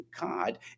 God